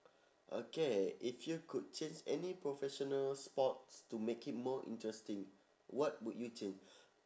okay if you could change any professional sports to make it more interesting what would you change